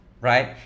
right